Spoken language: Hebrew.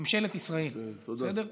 ממשלת ישראל, בסדר?